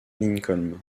lincoln